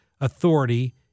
authority